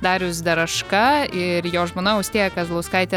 darius daraška ir jo žmona austėja kazlauskaitė